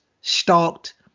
stalked